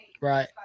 right